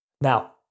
Now